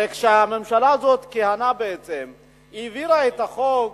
הרי כשהממשלה הזאת כיהנה, היא העבירה את החוק